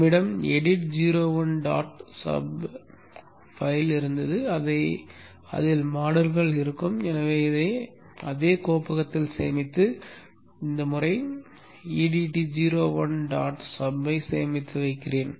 எங்களிடம் edit 0 1 dot sub file இருந்தது அதில் மாடல்கள் இருக்கும் எனவே இதை அதே கோப்பகத்தில் சேமித்து இந்த முறை e d t 0 1 dot sub ஐ சேமித்து சேமிக்கிறேன்